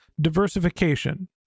diversification